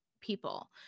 people